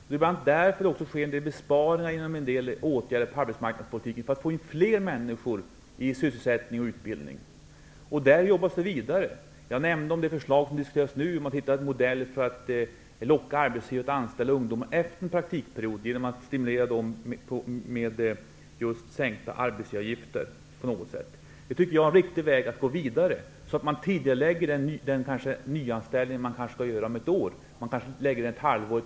Det är bl.a. därför som det också görs besparingar inom en del åtgärder i arbetsmarknadspolitiken, för att få in fler människor i sysselsättning och utbildning. Där jobbar man vidare. Jag nämnde det förslag som nu diskuteras, om en modell för att locka arbetsgivare att anställa ungdomar efter en praktikperiod, genom att stimulera dem med sänkta arbetsgivaravgifter. Det är en riktig väg att gå vidare på, så att nyanställningar tidigareläggs, kanske ett halvår.